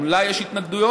גם לה יש התנגדויות.